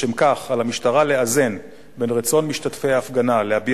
לשם כך על המשטרה לאזן בין רצון משתתפי ההפגנה להביע